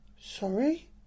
Sorry